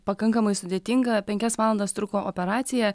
pakankamai sudėtinga penkias valandas truko operacija